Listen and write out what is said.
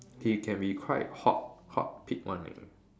he can be quite hot hot pick one eh